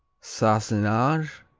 sassenage